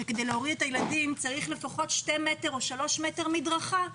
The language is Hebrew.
שכדי להוריד את הילדים צריך לפחות שני מטרים או שלושה מטרים מדרכה,